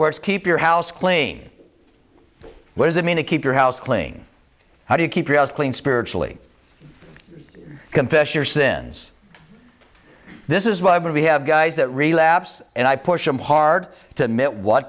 words keep your house clean what does it mean to keep your house clean how do you keep your house clean spiritually confess your sins this is why we have guys that relapse and i push him hard to